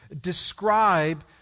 describe